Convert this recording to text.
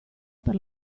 per